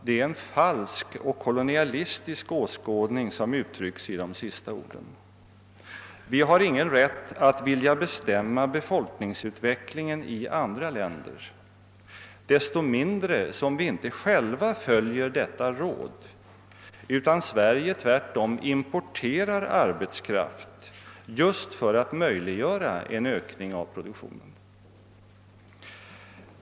Det är en falsk och kolonialistisk åskådning som uttrycks i de sista orden. Vi har ingen rätt att vilja bestämma befolkningsutvecklingen i andra länder, så mycket mindre som vi inte själva följer detta råd utan tvärtom importerar arbetskraft just för att möjliggöra en ökning av produktionen.